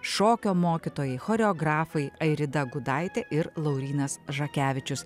šokio mokytojai choreografai airida gudaitė ir laurynas žakevičius